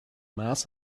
mass